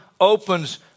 opens